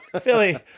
Philly